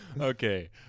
Okay